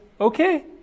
okay